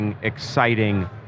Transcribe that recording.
exciting